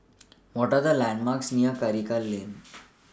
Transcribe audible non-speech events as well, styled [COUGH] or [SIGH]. What Are The landmarks near Karikal Lane [NOISE]